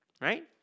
right